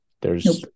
there's-